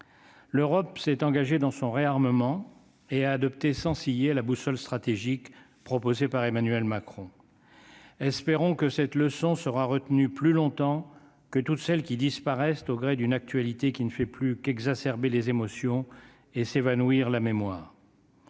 l'Europe s'est engagée dans son réarmement et à adopter sans ciller la boussole stratégique proposée par Emmanuel Macron espérons que cette leçon sera retenue plus longtemps que toutes celles qui disparaissent au gré d'une actualité qui ne fait plus qu'exacerber les émotions et s'évanouir la mémoire.